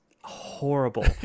horrible